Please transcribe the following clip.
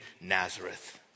Nazareth